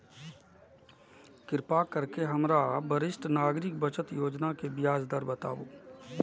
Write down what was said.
कृपा करके हमरा वरिष्ठ नागरिक बचत योजना के ब्याज दर बताबू